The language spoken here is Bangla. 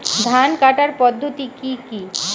ধান কাটার পদ্ধতি কি কি?